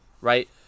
right